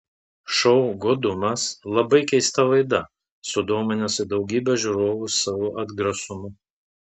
šou godumas labai keista laida sudominusi daugybę žiūrovu savo atgrasumu